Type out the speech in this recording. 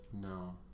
No